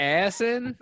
assin